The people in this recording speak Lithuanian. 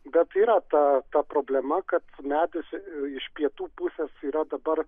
bet yra ta ta problema kad medis iš pietų pusės yra dabar